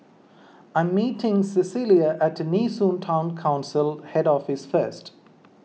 I am meeting Cecelia at Nee Soon Town Council Head Office first